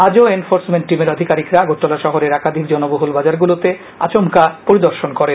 আজও এনফোর্সমেন্ট টিমের আধিকারিকরা আগরতলা শহরের একাধিক জনবহুল বাজারগুলিতে আচমকা পরিদর্শন করেন